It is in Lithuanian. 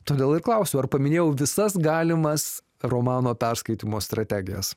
todėl ir klausiu ar paminėjau visas galimas romano perskaitymo strategijas